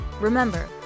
remember